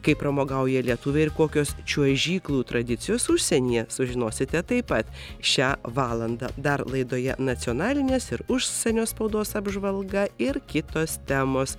kaip pramogauja lietuviai ir kokios čiuožyklų tradicijos užsienyje sužinosite taip pat šią valandą dar laidoje nacionalinės ir užsienio spaudos apžvalga ir kitos temos